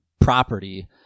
property